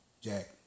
Jack